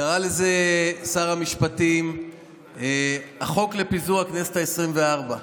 קרא לזה שר המשפטים "החוק לפיזור הכנסת העשרים-וארבע".